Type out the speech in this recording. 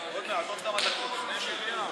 תמשכו את החוק הביזיוני.